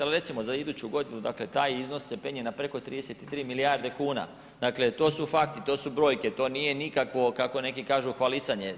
Ali recimo za iduću godinu taj iznos se penje na preko 33 milijarde kuna, dakle to su fakti, to su brojke, to nije nikakvo kako neki kažu hvalisanje.